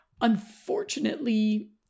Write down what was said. unfortunately